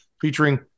featuring